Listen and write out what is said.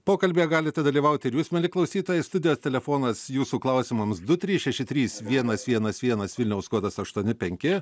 pokalbyje galite dalyvauti ir jūs mieli klausytojai studijos telefonas jūsų klausimams du trys šeši trys vienas vienas vienas vilniaus kodas aštuoni penki